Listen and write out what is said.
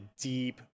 deep